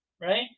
right